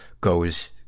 goes